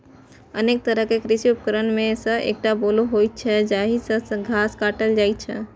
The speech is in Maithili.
अनेक तरहक कृषि उपकरण मे सं एकटा बोलो होइ छै, जाहि सं घास काटल जाइ छै